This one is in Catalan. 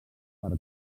per